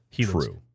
True